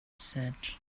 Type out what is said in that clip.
said